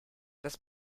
das